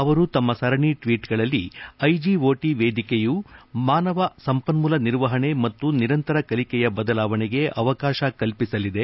ಅವರು ತಮ್ಮ ಸರಣಿ ಟ್ವೀಟ್ಗಳಲ್ಲಿ ಐಜಿಓಟಿ ವೇದಿಕೆಯು ಮಾನವ ಸಂಪನ್ಮೂಲ ನಿರ್ವಹಣೆ ಮತ್ತು ನಿರಂತರ ಕಲಿಕೆಯ ಬದಲಾವಣೆಗೆ ಅವಕಾಶ ಕಲ್ಪಿಸಲಿದೆ